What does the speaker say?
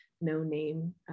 no-name